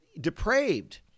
depraved